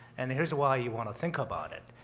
and here's why you want to think about it?